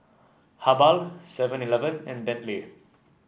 habhal Seven Eleven and Bentley